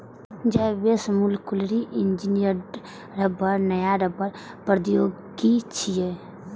Zyvex molecularly engineered रबड़ नया रबड़ प्रौद्योगिकी छियै